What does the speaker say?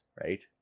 Right